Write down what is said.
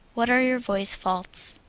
what are your voice faults?